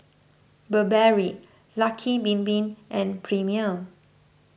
Burberry Lucky Bin Bin and Premier